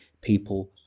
people